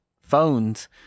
phones